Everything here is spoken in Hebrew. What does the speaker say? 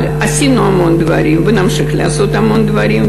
אבל עשינו המון דברים ונמשיך לעשות המון דברים.